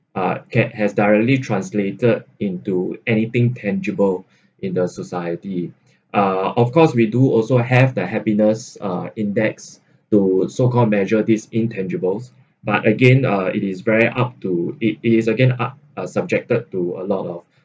uh get has directly translated into anything tangible in the society uh of course we do also have that happiness uh index to so called measure this intangibles but again uh it is very up to it is again up are subjected to a lot of